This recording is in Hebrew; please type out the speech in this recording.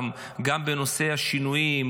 גם בנושא השינויים,